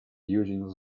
using